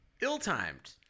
ill-timed